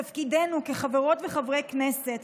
תפקידנו כחברות וחברי כנסת